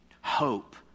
hope